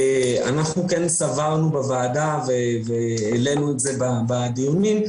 סברנו בוועדה והעלינו בדיונים,